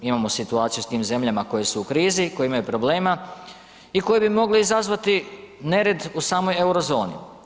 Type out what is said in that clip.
Imamo situaciju s tim zemljama koje su u krizu, koje imaju problema i koje bi mogle izazvati nered u samoj euro zoni.